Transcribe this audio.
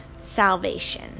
salvation